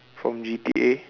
from G_T_A